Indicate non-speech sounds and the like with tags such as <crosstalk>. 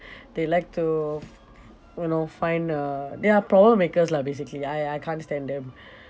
they like to you know find uh they are problem makers lah basically I I can't stand them <breath>